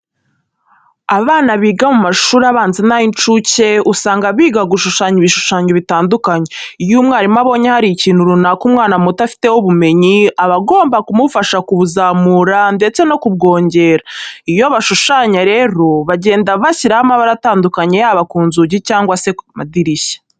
Abana biga mu mashuri abanza n'ay'incuke usanga biga gushushanya ibishushanyo bitandukanye. Iyo umwarimu abonye hari ikintu runaka umwana muto afiteho ubumenyi, aba agomba kumufasha kubuzamura ndetse no kubwongera. Iyo bashushanya rero bagenda bashyiraho amabara atandukanye yaba ku nzugi cyangwa se amadirishya.